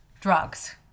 drugs